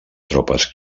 tropes